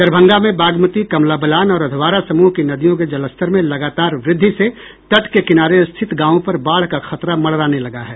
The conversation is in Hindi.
दरभंगा में बागमती कमला बलान और अधवारा समूह की नदियों के जलस्तर में लगातार वृद्धि से तट के किनारे स्थित गांवों पर बाढ़ का खतरा मंडराने लगा है